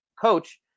coach